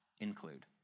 include